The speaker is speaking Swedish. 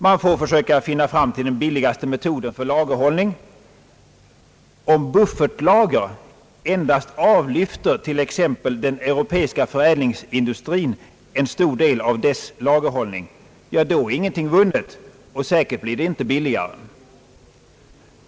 Man får försöka finna den billigaste metoden för lagerhållning. Om buffertlager endast avlyfter t.ex. den europeiska förädlingsindustrin en stor del av dess lagerhållning, är ingenting vunnet och säkert blir det inte billigare.